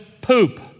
poop